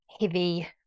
heavy